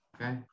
okay